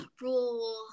rule